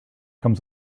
comes